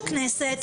הכנסת,